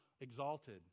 exalted